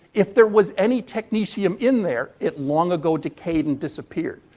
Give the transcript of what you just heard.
if there was any technetium in there, it long ago decayed and disappeared.